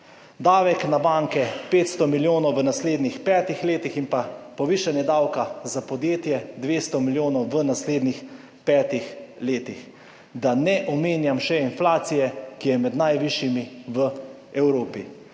davek na banke – 500 milijonov v naslednjih petih letih in pa povišanje davka za podjetja – 200 milijonov v naslednjih petih letih, da ne omenjam še inflacije, ki je med najvišjimi v Evropi.